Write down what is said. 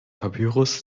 papyrus